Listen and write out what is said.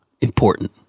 important